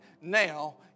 now